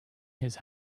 his